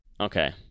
Okay